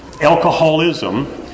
alcoholism